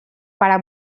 para